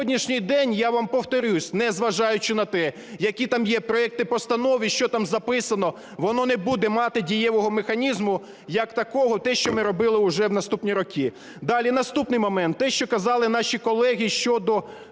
сьогоднішній день, я вам повторюсь, незважаючи на те, які там є проекти постанов і що там записано, воно не буде мати дієвого механізму як такого, те, що ми робили уже в наступні роки. Далі, наступний момент. Те, що казали наші колеги щодо